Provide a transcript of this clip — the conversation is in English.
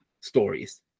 stories